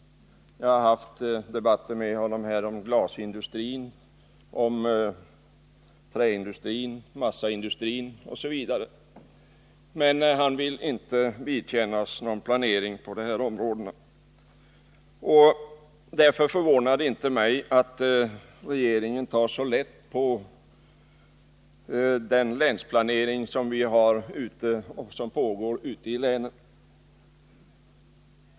Jag har haft debatter med honom om glasindustrin, om träindustrin, om massaindustrin osv. Men han vill inte vara med om någon planering på dessa områden. Därför förvånar det inte mig att regeringen tar så lätt på den länsplanering som pågår ute i länen.